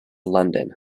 london